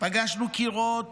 פגשנו קירות